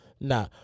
Nah